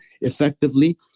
effectively